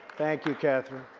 thank you, kathryn.